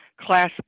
class